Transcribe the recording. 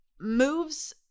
moves